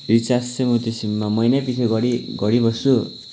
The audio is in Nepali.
रिचार्ज चाहिँ म त्यो सिममा महिना पछि गरी गरिबस्छु